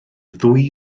ddwy